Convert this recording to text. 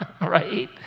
right